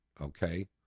okay